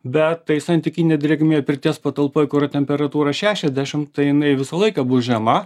bet tai santykinė drėgmė pirties patalpoj kur yra temperatūra šešiadešim tai jinai visą laiką bus žema